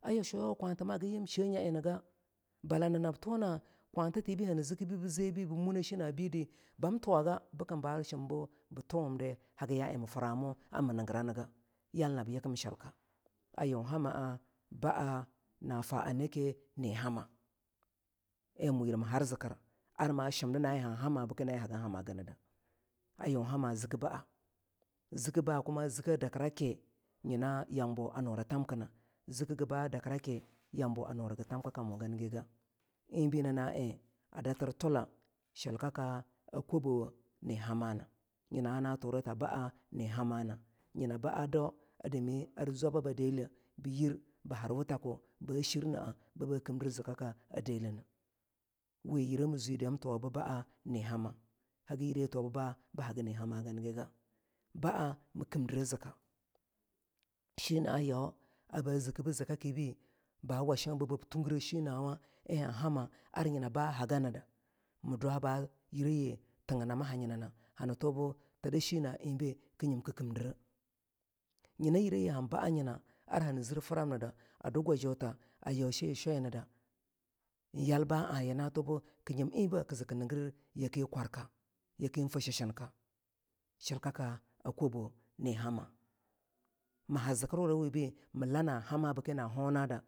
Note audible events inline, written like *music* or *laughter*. ya shuwa kwatima hagin yii ham she nya en niga bala nab tuna kwan ta tibe hani ziki bii bii ze shina bindi ban tuwaga bikim ba tuwumdi hagin ya en mi framu ami nigiraniga. ayun hama a baa na fa a nake na hamma a en mu yir ma har zikirna. ayun hama ziki ba a kuma zika dakira ki nyina yambawa a nura tamkina. zikigi baa dakira ki yambawa a nura gi tamki gina en bii na na en a datir tula shilkaka a kobowo ni haman nyina na baa daw a dami ar zwababa deleh bi shurwu taku ba shirma a ba kimdir yibneh. we yire mi zwedi bam tuwa bu baa ni hama baa mii kimdire zika *hesitation* shina a yau or baa ziki bu zika kibi ba washuwa nyina yirayii han baa yina da mii dwa da yireyi tinginama ha yina na hani tubu ta da shina enbi kiin yimki kimdire nyina yirayi han baa yina ar hani zir frem nida a du gwajuta a yau shei shwainada yalba aye na tubu ki nyini en be ki ziki nigir yaki kwarka shilkaka kobo na hama